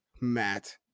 Matt